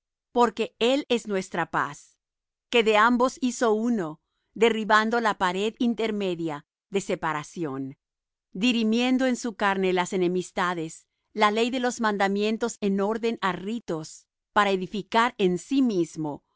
porque él es nuestra paz que de ambos hizo uno derribando la pared intermedia de separación dirimiendo en su carne las enemistades la ley de los mandamientos en orden á ritos para edificar en sí mismo